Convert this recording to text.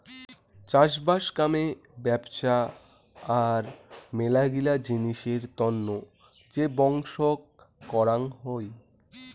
চাষবাস কামে ব্যপছা আর মেলাগিলা জিনিসের তন্ন যে বংশক করাং হই